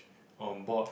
on board